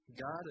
God